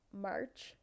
march